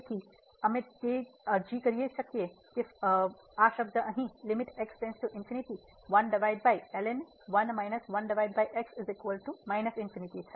અને તેથી અમે તેથી અરજી કરી શકીએ છીએ ફરીથી મેં લખ્યું છે